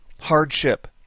hardship